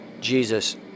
Jesus